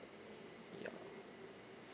ya